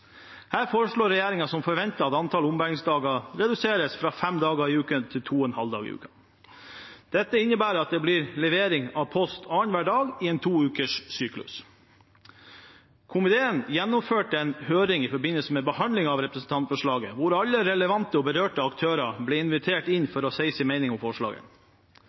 Her foreslår regjeringen som forventet at antallet ombæringsdager reduseres fra fem dager i uken til to og en halv dag i uken. Dette innebærer at det blir levering av post annenhver dag i en to ukers syklus. Komiteen gjennomførte en høring i forbindelse med behandlingen av representantforslaget hvor alle relevante og berørte aktører ble invitert inn for å si sin mening om forslaget.